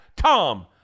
Tom